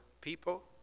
people